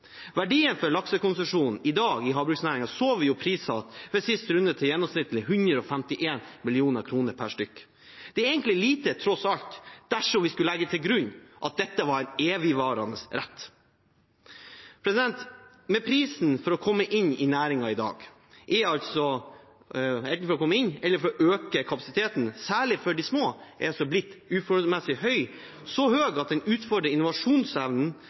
verdien av en laksekonsesjon i havbruksnæringen i dag, så vi ved siste runde priser på gjennomsnittlig 151 mill. kr per stk. Det er egentlig lite, tross alt, dersom vi skulle legge til grunn at dette var en evigvarende rett. Prisen for å komme inn i næringen i dag, eller for å øke kapasiteten, særlig for de små, er blitt uforholdsmessig for høy. Den er blitt så høy at den utfordrer innovasjonsevnen,